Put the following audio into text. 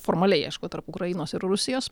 formaliai aišku tarp ukrainos ir rusijos